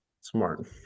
Smart